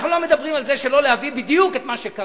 אנחנו לא אומרים לא להביא בדיוק את מה שקרה.